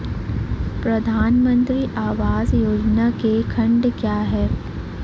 प्रधानमंत्री आवास योजना के खंड क्या हैं?